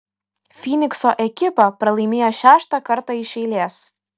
fynikso ekipa pralaimėjo šeštą kartą iš eilės